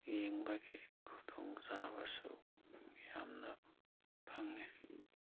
ꯌꯦꯡꯕꯒꯤ ꯈꯨꯗꯣꯡ ꯆꯥꯕꯁꯨ ꯌꯥꯝꯅ ꯐꯪꯏ